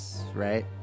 Right